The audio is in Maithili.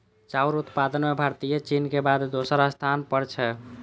चाउर उत्पादन मे भारत चीनक बाद दोसर स्थान पर छै